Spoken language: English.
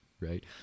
right